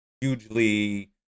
hugely